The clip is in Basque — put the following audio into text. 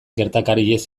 gertakariez